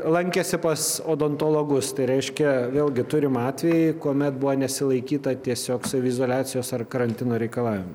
lankėsi pas odontologus tai reiškia vėlgi turim atvejį kuomet buvo nesilaikyta tiesiog saviizoliacijos ar karantino reikalavimų